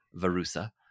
Varusa